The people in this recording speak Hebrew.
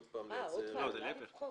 לא, זה להפך.